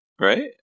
right